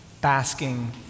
basking